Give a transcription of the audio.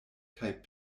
kaj